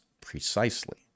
precisely